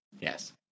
Yes